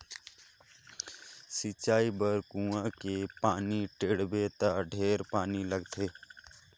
सिंचई बर कुआँ के पानी टेंड़बे त ढेरे पानी लगथे